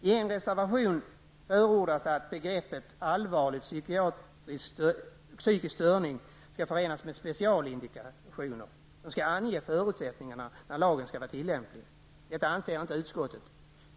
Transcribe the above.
I en reservation förordas att begreppet allvarlig psykisk störning skall förenas med specialindikationer, som skall ange förutsättningarna för lagens tillämplighet. Det anser inte utskottet.